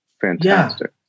fantastic